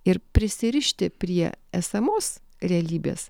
ir prisirišti prie esamos realybės